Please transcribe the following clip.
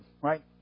right